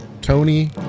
Tony